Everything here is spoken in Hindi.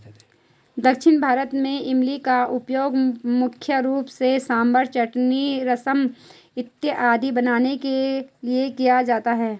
दक्षिण भारत में इमली का उपयोग मुख्य रूप से सांभर चटनी रसम इत्यादि बनाने के लिए किया जाता है